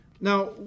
Now